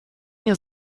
ihr